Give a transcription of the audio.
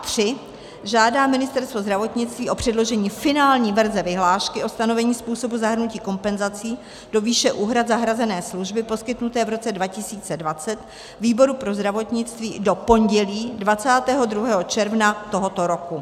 III. žádá Ministerstvo zdravotnictví o předložení finální verze vyhlášky o stanovení způsobu zahrnutí kompenzací do výše úhrad za hrazené služby poskytnuté v roce 2020 výboru pro zdravotnictví do pondělí 22. června tohoto roku.